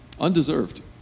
undeserved